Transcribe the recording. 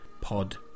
Pod